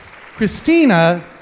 Christina